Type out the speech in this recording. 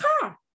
car